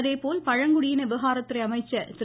அதேபோல் பழங்குடியின விவகாரத்துறை அமைச்சர் திரு